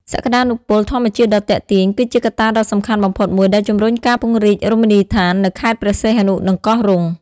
សក្តានុពលធម្មជាតិដ៏ទាក់ទាញ គឺជាកត្តាដ៏សំខាន់បំផុតមួយដែលជំរុញការពង្រីករមណីយដ្ឋាននៅខេត្តព្រះសីហនុ និងកោះរ៉ុង។